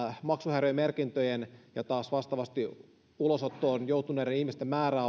maksuhäiriömerkintöjen ja taas vastaavasti ulosottoon joutuneiden ihmisten määrä